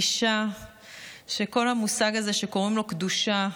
אישה שכל המושג הזה שקוראים לו "קדושה"